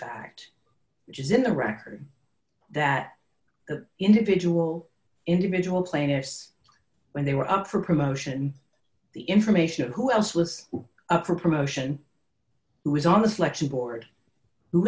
which is in the record that the individual individual plaintiffs when they were up for promotion the information who else was up for promotion who was on the selection board who